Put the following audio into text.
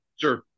Sure